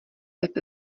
web